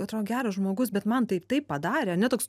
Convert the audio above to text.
atrodo geras žmogus bet man tai taip padarė ar ne toks